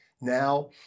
now